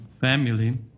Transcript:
family